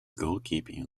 goalkeeping